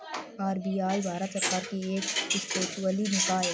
RBI Bharat सरकार की एक स्टेचुअरी निकाय है